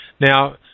Now